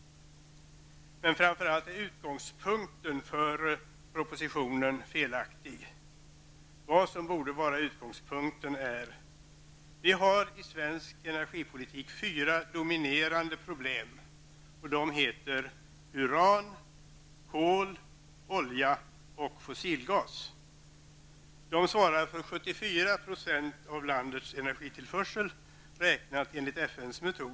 Men framför allt är utgångspunkten för propositionen felaktig. Vad som borde vara utgångspunkten är följande. Vi har i svensk energipolitik fyra dominerande problem: uran, kol, olja och fossilgas. De svarar för ca 74 % av landets energitillförsel .